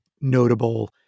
notable